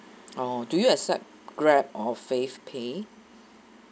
oh do you accept grab or fave pay